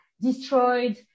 destroyed